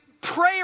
prayer